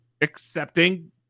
accepting